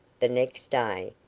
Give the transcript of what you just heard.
the next day,